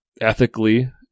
ethically